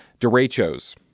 Derechos